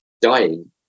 dying